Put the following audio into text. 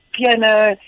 piano